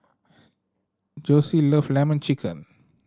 Jossie love Lemon Chicken